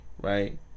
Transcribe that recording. right